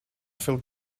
feel